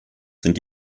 sind